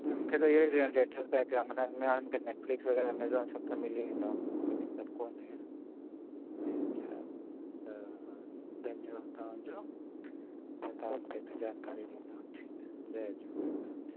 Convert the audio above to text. मूंखे त इहेई नेट पैक ऐं नैटफ़िल्क्स वग़ैरह सभु त मिली वेंदा उनमें मूंखे दिक़तु कोन्हे उनमें छा त धन्यवादु तव्हांजो तव्हां मूंखे एतिरी जानकारी ॾिनव थैंकयू जय झूलेलाल